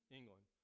England